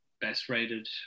best-rated